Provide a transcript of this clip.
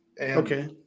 Okay